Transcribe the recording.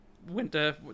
Winter